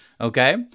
Okay